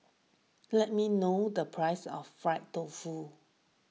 let me know the price of Fried Tofu